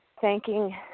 thanking